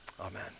amen